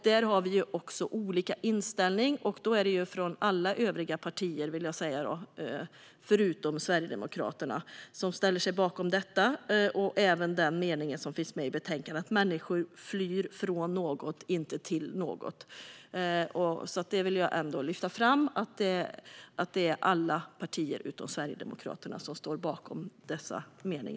Där har vi i alla de andra partierna en annan inställning än Sverigedemokraterna. Alla partier utom Sverigedemokraterna står bakom detta, även meningen: "Människor flyr från något, inte till något." Jag vill särskilt lyfta fram att alla partier utom Sverigedemokraterna står bakom denna formulering.